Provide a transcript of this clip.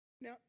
Now